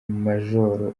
major